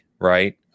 right